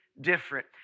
Different